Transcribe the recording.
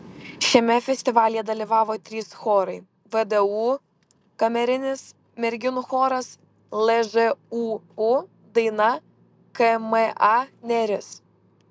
šiame festivalyje dalyvavo trys chorai vdu kamerinis merginų choras lžūu daina kma neris